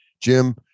Jim